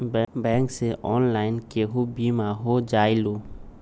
Bank से online केहु बिमा हो जाईलु?